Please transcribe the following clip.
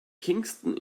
kingston